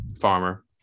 farmer